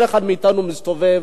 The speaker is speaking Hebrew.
כל אחד מאתנו מסתובב,